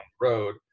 road